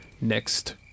next